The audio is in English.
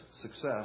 success